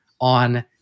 on